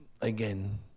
again